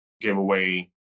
giveaway